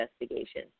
investigation